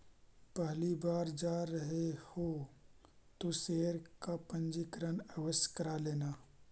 पहली बार जा रहे हो तो शेयर का पंजीकरण आवश्य करा लेना